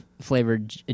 flavored